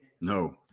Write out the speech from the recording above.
No